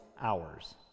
hours